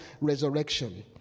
resurrection